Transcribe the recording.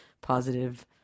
positive